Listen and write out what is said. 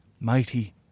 mighty